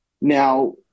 Now